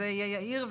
אוקיי, זה יהיה יאיר.